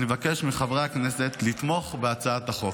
אני מבקש מחברי הכנסת לתמוך בהצעת החוק.